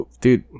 Dude